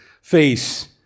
face